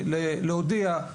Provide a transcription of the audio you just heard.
להודיע,